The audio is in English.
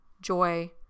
joy